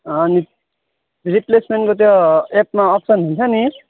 अनि रिप्लेसमेन्टको त्यो एपमा अप्सन हुन्छ नि